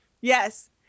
Yes